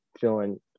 feeling